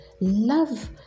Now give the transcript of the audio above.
love